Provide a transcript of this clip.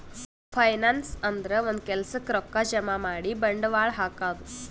finance ಅಂದ್ರ ಒಂದ್ ಕೆಲ್ಸಕ್ಕ್ ರೊಕ್ಕಾ ಜಮಾ ಮಾಡಿ ಬಂಡವಾಳ್ ಹಾಕದು